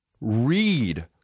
read